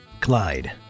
Clyde